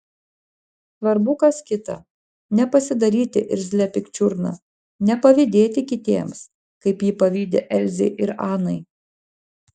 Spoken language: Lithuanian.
svarbu kas kita nepasidaryti irzlia pikčiurna nepavydėti kitiems kaip ji pavydi elzei ir anai